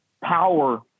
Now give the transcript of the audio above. power